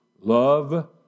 Love